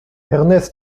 ernest